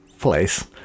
place